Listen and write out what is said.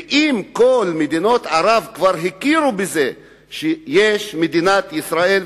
ואם כל מדינות ערב כבר הכירו בזה שיש מדינת ישראל,